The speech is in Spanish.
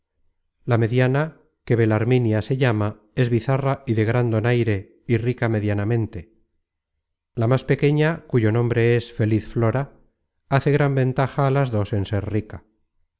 la mediana que belarminia se llama es bizarra y de gran donaire y rica medianamente la más pequeña cuyo nombre es feliz flora hace gran ventaja á las dos en ser rica